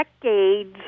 decades